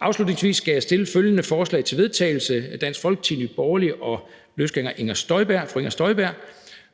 Afslutningsvis skal jeg fremsætte følgende forslag til vedtagelse på vegne af Dansk Folkeparti, Nye Borgerlige og fru Inger Støjberg (UFG): Forslag til vedtagelse: